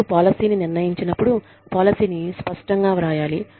మరియు పాలసీని నిర్ణయించినప్పుడు పాలసీని స్పష్టంగా వ్రాయాలి